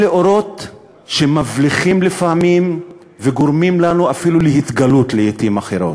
אלה אורות שמבליחים לפעמים וגורמים לנו אפילו להתגלות לעתים אחרות.